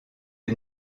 est